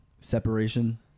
separation